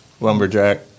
lumberjack